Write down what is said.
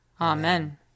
Amen